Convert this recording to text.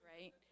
Right